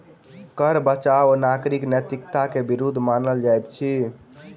कर बचाव नागरिक नैतिकता के विरुद्ध मानल जाइत अछि